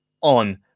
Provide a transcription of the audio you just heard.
on